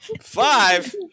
Five